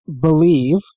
believe